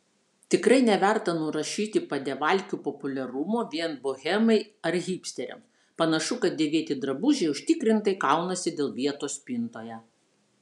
tikrai neverta nurašyti padevalkių populiarumo vien bohemai ar hipsteriams panašu kad dėvėti drabužiai užtikrintai kaunasi dėl vietos spintoje